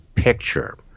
picture